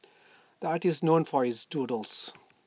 the artist is known for his doodles